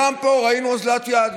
גם פה ראינו אוזלת יד.